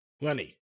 Lenny